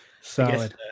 solid